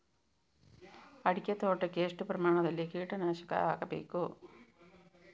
ಅಡಿಕೆ ತೋಟಕ್ಕೆ ಎಷ್ಟು ಪ್ರಮಾಣದಲ್ಲಿ ಕೀಟನಾಶಕ ಹಾಕಬೇಕು?